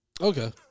Okay